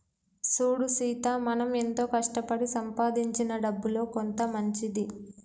సూడు సీత మనం ఎంతో కష్టపడి సంపాదించిన డబ్బులో కొంత మంచిది